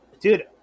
dude